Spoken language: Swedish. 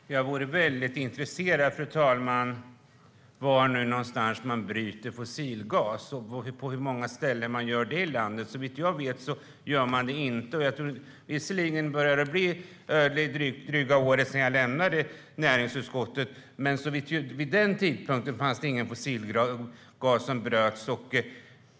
Fru talman! Jag skulle vara väldigt intresserad av att få veta var någonstans man bryter fossilgas och på hur många ställen i landet man gör det. Såvitt jag vet görs det inte. Visserligen börjar det bli drygt ett år sedan jag lämnade näringsutskottet, men vid den tidpunkten fanns det ingen fossilgas som bröts.